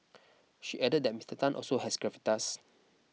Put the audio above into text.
she added that Mister Tan also has gravitas